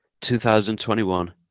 2021